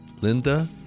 Linda